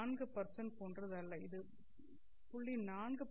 4 போன்றது அல்ல இது 0